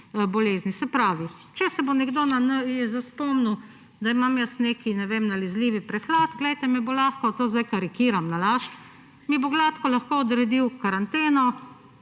bolezni. Se pravi, če se bo nekdo na NIJZ spomnil, da imam jaz nekaj, ne vem, nalezljiv prehlad, glejte, me bo lahko – to zdaj karikiram nalašč – mi bo gladko lahko odredil karanteno,